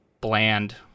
bland